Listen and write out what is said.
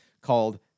called